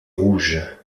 rouge